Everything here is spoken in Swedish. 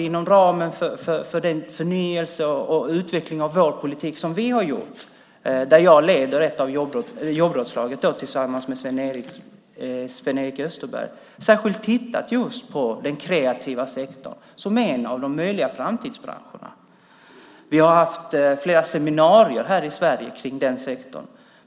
Inom ramen för den förnyelse och utveckling av vår politik som vi har gjort, där jag leder jobbrådslaget tillsammans med Sven-Erik Österberg, har vi särskilt tittat just på den kreativa sektorn som en av de möjliga framtidsbranscherna. Vi har haft flera seminarier här i Sverige om den sektorn.